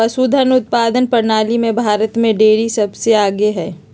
पशुधन उत्पादन प्रणाली में भारत में डेरी सबसे आगे हई